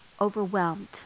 overwhelmed